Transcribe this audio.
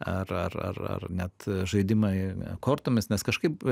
ar ar ar ar net žaidimai kortomis nes kažkaip